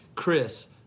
Chris